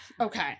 Okay